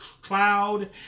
cloud